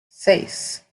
seis